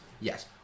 Yes